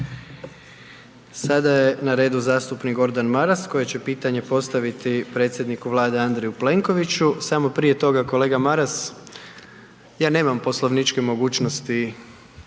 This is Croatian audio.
Sada je na redu zastupnik Gordan Maras koji će pitanje postaviti predsjedniku Vlade Andreju Plenkoviću, samo prije toga kolega Maras, ja nemam poslovničke mogućnosti